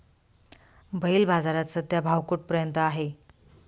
बैल बाजारात सध्या भाव कुठपर्यंत आहे?